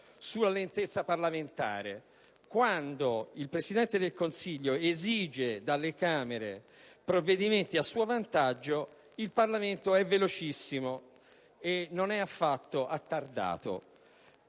sulla lentezza parlamentare: quando il Presidente del Consiglio esige dalle Camere provvedimenti a suo vantaggio, il Parlamento è velocissimo e non si attarda